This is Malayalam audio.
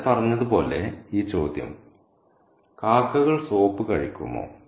ഞാൻ പറഞ്ഞതുപോലെ ഈ ചോദ്യം കാക്കകൾ സോപ്പ് കഴിക്കുമോ